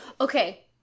okay